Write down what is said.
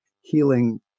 healing